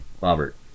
Robert